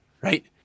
right